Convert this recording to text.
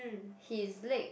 his leg